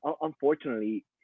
unfortunately